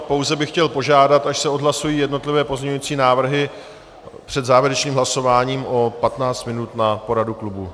Pouze bych chtěl požádat, až se odhlasují jednotlivé pozměňující návrhy, před závěrečným hlasováním o 15 minut na poradu klubu.